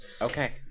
Okay